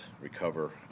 recover